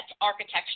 architecture